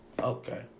Okay